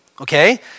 okay